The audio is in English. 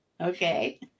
Okay